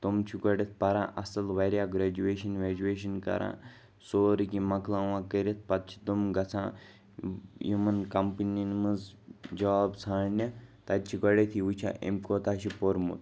تم چھِ گۄڈٕنیٚتھ پَران اَصٕل واریاہ گرٛیجویشَن ویجویشَن کَران سورُے کینٛہہ مَۄکلاوان کٔرِتھ پَتہٕ چھِ تِم گژھان یِمَن کَمپٔنِیَن منٛز جاب ژھارنہِ تَتہِ چھِ گۄڈٕنیٚتھٕے وٕچھان أمۍ کوتاہ چھِ پوٚرمُت